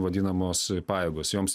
vadinamos pajėgos joms